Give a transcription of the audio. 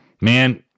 man